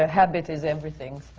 ah habit is everything.